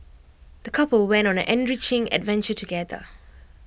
the couple went on an enriching adventure together